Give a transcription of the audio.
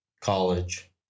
college